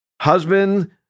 husband